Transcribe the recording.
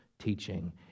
teaching